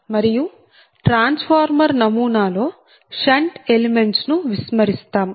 మరియు ట్రాన్స్ఫార్మర్ నమూనా లో షన్ట్ ఎలిమెంట్స్ ను విస్మరిస్తాం